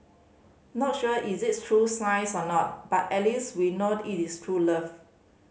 not sure is it true science or not but at least we know it is true love